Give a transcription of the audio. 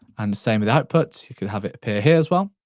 and same with output. you can have it appear here as well.